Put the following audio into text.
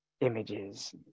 images